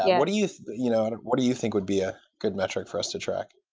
what do you you know and what do you think would be a good metric for us to track?